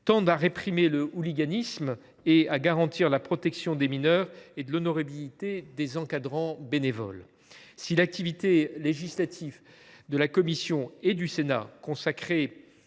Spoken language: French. tendent à réprimer le hooliganisme et à garantir la protection des mineurs et de l’honorabilité des encadrants bénévoles. Si l’activité législative de la commission – et du Sénat – consacrée